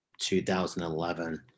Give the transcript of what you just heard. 2011